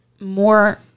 more